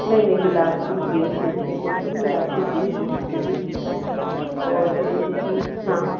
नहीं नहीं गुलाब की गेंदे की अच्छी नहीं लगेगी गुलाब की चाहिए दो चाहिए और ती हाँ